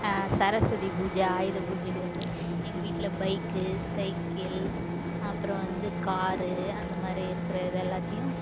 சரஸ்வதி பூஜை ஆயுத பூஜைக்கு வந்து எங்கள் வீட்ல பைக் சைக்கிள் அப்பறோம் வந்து கார் அந்த மாதிரி இருக்கிறது எல்லாத்தையும்